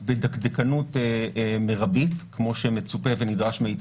בבית עצמו אבל כמו שאמרתי: